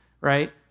right